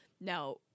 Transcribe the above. Now